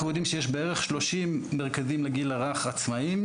אנחנו יודעים שיש בערך 30 מרכזים עצמאיים לגיל הרך.